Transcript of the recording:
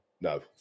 no